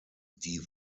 die